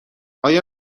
آیا